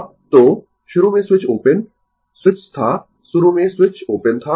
अब तो शुरू में स्विच ओपन स्विच था शुरू में स्विच ओपन था